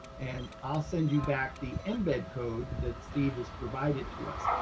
and i'll send you back the embed code that steve has provided to us.